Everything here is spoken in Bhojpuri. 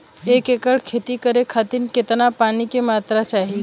एक एकड़ खेती करे खातिर कितना पानी के मात्रा चाही?